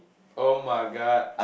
oh-my-god